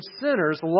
sinners